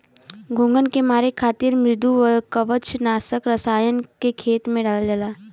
घोंघन के मारे खातिर मृदुकवच नाशक रसायन के खेत में डालल जाला